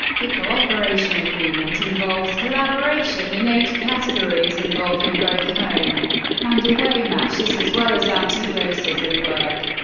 the cooperation agreement involves collaboration in eight categories, involving both home and away matches, as well as anti-racism work.